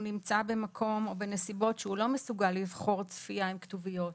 נמצא במקום או בנסיבות שהוא לא מסוגל לבחור צפייה עם כתוביות.